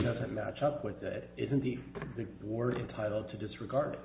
doesn't match up with that isn't the word entitled to disregard